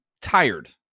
tired